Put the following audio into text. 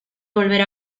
volver